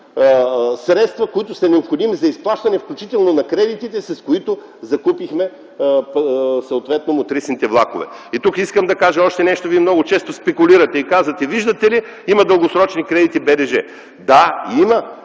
средства, които са необходими за изплащане, включително на кредитите, с които закупихме мотрисните влакове. И тук искам да кажа още нещо. Вие много често спекулирате и казвате: „Виждате ли, има дългосрочни кредити по БДЖ”. Да, има,